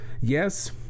Yes